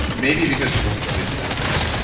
maybe because your book really isn't that good.